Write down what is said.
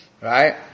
Right